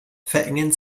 verengen